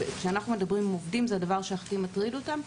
כשאנחנו מדברים עם עובדים זה הדבר שהכי מטריד אותם.